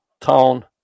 town